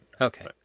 Okay